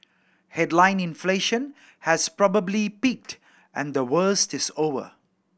headline inflation has probably peaked and the worst is over